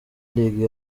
league